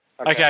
Okay